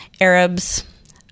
Arabs